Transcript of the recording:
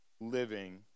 living